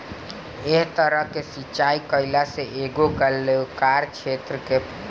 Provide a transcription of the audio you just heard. एह तरह के सिचाई कईला से एगो गोलाकार क्षेत्र के फसल के सिंचाई होला